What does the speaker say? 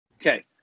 Okay